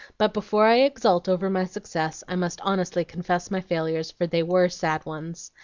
but before i exult over my success, i must honestly confess my failures, for they were sad ones.